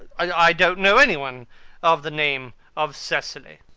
i don't know any one of the name of cecily.